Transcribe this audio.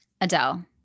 Adele